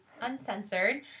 Uncensored